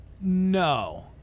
no